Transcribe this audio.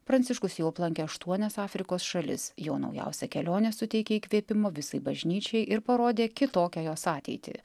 pranciškus jau aplankė aštuonias afrikos šalis jo naujausia kelionė suteikė įkvėpimo visai bažnyčiai ir parodė kitokią jos ateitį